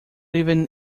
even